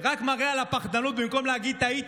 די.